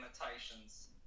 limitations